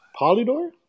Polydor